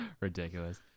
Ridiculous